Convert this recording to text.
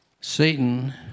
satan